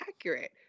accurate